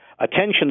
Attention